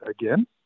again